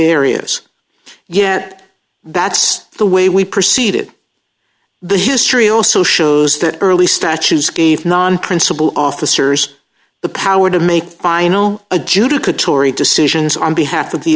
areas get that's the way we proceeded the history also shows that early statutes gave non principal officers the power to make final adjudicatory decisions on behalf of the